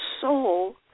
soul